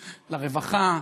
לרווחה,